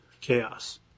Chaos